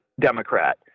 Democrat